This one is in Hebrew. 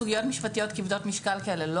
סוגיות משפטיות כבדות משקל כאלה לא